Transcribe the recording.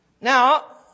Now